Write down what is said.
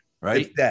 right